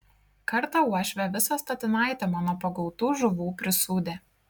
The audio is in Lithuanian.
kartą uošvė visą statinaitę mano pagautų žuvų prisūdė